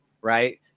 right